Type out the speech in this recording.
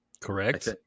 Correct